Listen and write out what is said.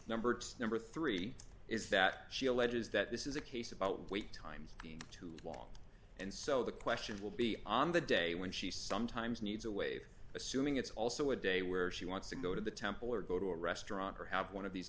number number three is that she alleges that this is a case about wait times being too long and so the question will be on the day when she sometimes needs a wave assuming it's also a day where she wants to go to the temple or go to a restaurant or have one of these